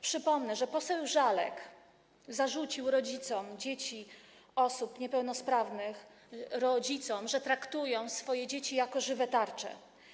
Przypomnę, że poseł Żalek zarzucił rodzicom dzieci osób niepełnosprawnych, że traktują swoje dzieci jak żywe tarcze.